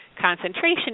concentration